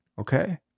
okay